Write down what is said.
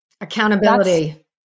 Accountability